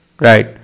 right